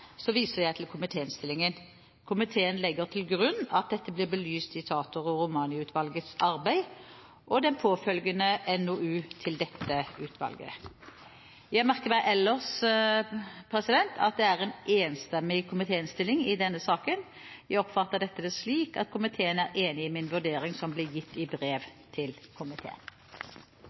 så fall må etterlatte kunne få opplysninger om den gravlagte fra gravplassmyndigheten. Dette må vurderes konkret og avgjøres av gravplassmyndigheten lokalt. Når det gjelder problemstillingen rundt umerkede graver andre steder i landet, viser jeg til komitéinnstillingen. Komiteen legger til grunn at dette blir belyst i tater-/romaniutvalgets arbeid og den påfølgende NOU-en til dette utvalget. Jeg merker meg ellers at det er en enstemmig komitéinnstilling i denne saken. Jeg